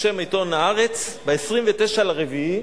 בשם עיתון "הארץ", ב-29 באפריל,